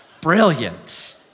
brilliant